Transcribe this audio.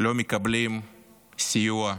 לא מקבלים סיוע.